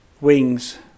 wings